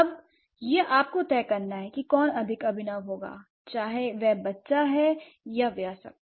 अब यह आपको तय करना है कि कौन अधिक अभिनव होगा चाहे वह बच्चा हो या वयस्क